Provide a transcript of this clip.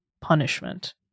punishment